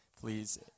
Please